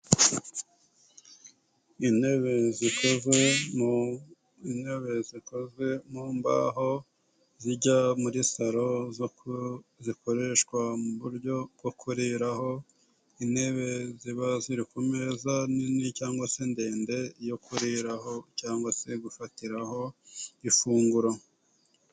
Intebe zikozwe mu ntebe zikozwe mu mbaho zijya muri salo zikoreshwa mu buryo bwo kuriraho intebe ziba ziri ku meza nini cyangwa se ndende yo kureraho cyangwa se gufatiraho ifunguro.